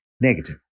negative